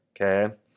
Okay